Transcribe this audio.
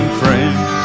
friends